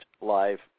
live